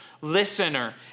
listener